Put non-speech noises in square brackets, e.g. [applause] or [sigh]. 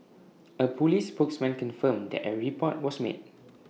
[noise] A Police spokesman confirmed that A report was made